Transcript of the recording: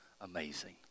amazing